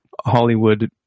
Hollywood